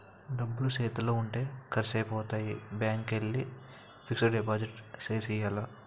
డబ్బులు సేతిలో ఉంటే ఖర్సైపోతాయి బ్యాంకికెల్లి ఫిక్సడు డిపాజిట్ సేసియ్యాల